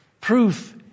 proof